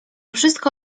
wszystko